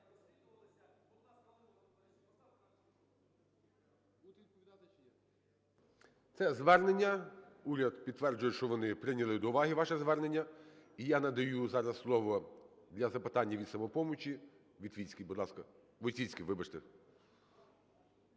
Це звернення, уряд підтверджує, що вони прийняли до уваги ваше звернення. І я надаю зараз слово для запитання від "Самопомочі"Войціцькій. Будь ласка. 10:47:44